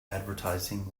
advertising